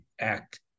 Act